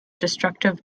destructive